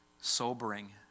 sobering